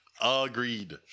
Agreed